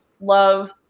love